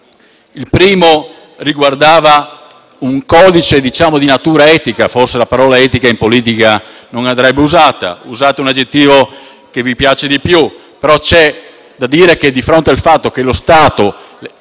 Il primo riguardava un codice di natura etica. Forse la parola etica in politica non andrebbe usata; usate allora un aggettivo che vi piace di più, ma c'è da dire che di fronte al fatto che i soldi